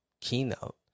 keynote